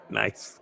nice